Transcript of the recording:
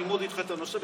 ללמוד איתך את הנושא,